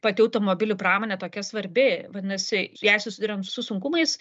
pati automobilių pramonė tokia svarbi vadinasi jei susiduriam su sunkumais